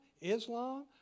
Islam